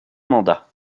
mandat